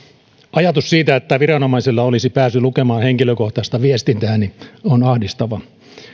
ajatus siitä että viranomaisilla olisi pääsy lukemaan henkilökohtaista viestintääni on ahdistava